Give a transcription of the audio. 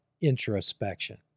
introspection